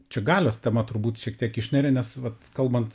čia galios tema turbūt šiek tiek išneria nes vat kalbant